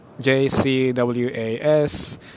J-C-W-A-S